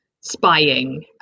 spying